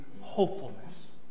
hopefulness